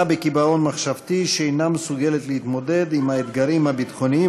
בקיבעון מחשבתי שאינה מסוגלת להתמודד עם האתגרים הביטחוניים,